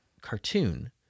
cartoon